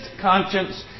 conscience